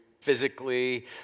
physically